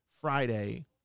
Friday